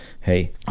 hey